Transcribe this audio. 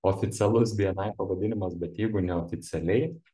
oficialus bni pavadinimas bet jeigu neoficialiai